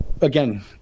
again